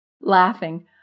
Laughing